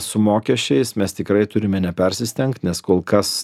su mokesčiais mes tikrai turime nepersistengt nes kol kas